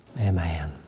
Amen